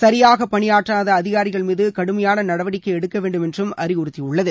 சரியாக பணியாற்றாதா அதிகாரிகள் மீது கடுமையான நடவடிக்கை எடுக்க வேண்டும் என்றும் அறிவுறுத்தியுள்ளது